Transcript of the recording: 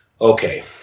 okay